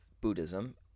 buddhism